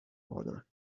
other